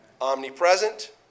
Omnipresent